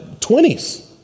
20s